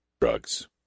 Drugs